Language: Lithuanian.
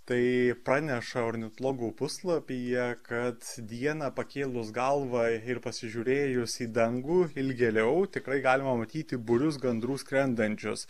tai praneša ornitologų puslapyje kad dieną pakėlus galvą ir pasižiūrėjus į dangų ilgėliau tikrai galima matyti būrius gandrų skrendančius